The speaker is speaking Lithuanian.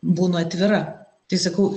būnu atvira tai sakau